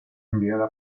enviada